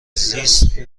زیست